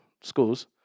schools